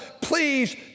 please